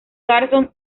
carson